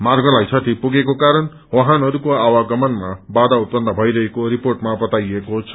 मार्गलाई क्षति पुगेको क्वारण वाहनहरूको आवगमनमा बाया उत्पन्न भइरहेको रिपोर्टमा बताइएको छ